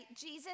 Jesus